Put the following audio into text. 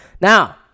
Now